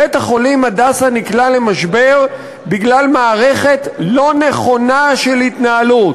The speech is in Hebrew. בית-החולים "הדסה" נקלע למשבר בגלל מערכת לא נכונה של התנהלות,